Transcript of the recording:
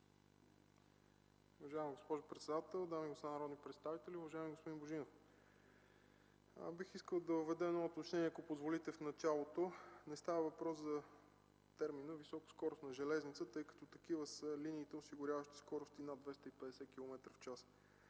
Уважаема госпожо председател, дами и господа народни представители, уважаеми господин Божинов! Бих искал да въведа едно уточнение, ако позволите в началото – не става въпрос за термина „високоскоростна железница”, тъй като такива са линиите, осигуряващи скорости над 250 километра в час.